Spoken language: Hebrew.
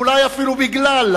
ואולי אפילו בגלל,